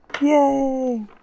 Yay